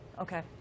Okay